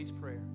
Prayer